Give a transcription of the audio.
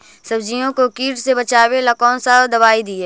सब्जियों को किट से बचाबेला कौन सा दबाई दीए?